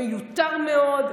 מיותר מאוד,